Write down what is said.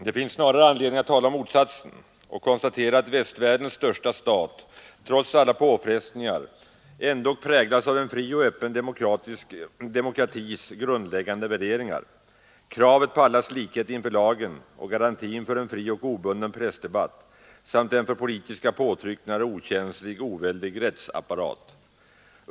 Det finns snarare anledning att tala om motsatsen och konstatera att västvärldens största stat trots alla påfrestningar ändock präglas av en fri och öppen demokratis grundläggande värderingar: kravet på allas likhet inför lagen och garantin för fri och obunden pressdebatt samt en för politiska påtryckningar okänslig, oväldig rättsapparat.